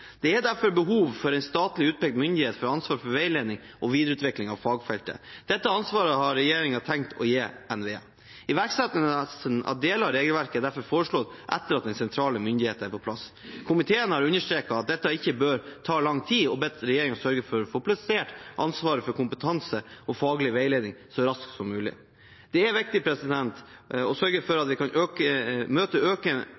Det er derfor behov for en statlig utpekt myndighet med ansvar for veiledning og videreutvikling av fagfeltet. Dette ansvaret har regjeringen tenkt å gi til NVE. Iverksettelsen av deler av regelverket er foreslått etter at den sentrale myndigheten er på plass. Komiteen har understreket at dette ikke bør ta lang tid, og bedt regjeringen sørge for å få plassert ansvaret for kompetanse og faglig veiledning så raskt som mulig. Det er viktig å sørge for